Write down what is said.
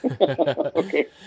Okay